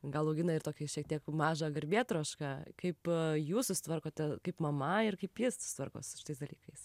gal augina ir tokią šiek tiek mažą garbėtrošką kaip jūs susitvarkote kaip mama ir kaip ji susitvarko su šitais dalykais